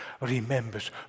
remembers